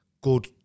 good